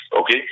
okay